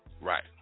Right